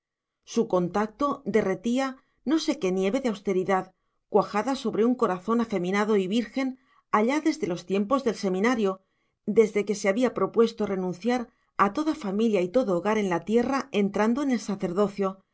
su contacto derretía no sé qué nieve de austeridad cuajada sobre un corazón afeminado y virgen allá desde los tiempos del seminario desde que se había propuesto renunciar a toda familia y todo hogar en la tierra entrando en el sacerdocio